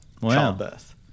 childbirth